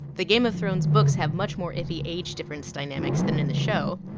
the game of thrones books have much more iffy age difference dynamics than in the show.